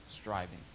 striving